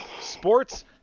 sports